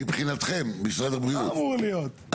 מבחינתכם משרד הבריאות,